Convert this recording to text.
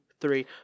three